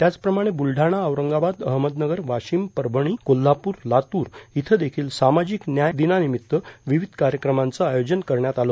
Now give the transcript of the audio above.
त्याच प्रमाणे ब्लढाणा औरंगाबाद अहमदनगर वाशिम परभणी कोल्हापूर लातूर इथं देखिल सामाजिक न्याय दिना निमित विविध कार्यक्रमाचं आयोजन करण्यात आलं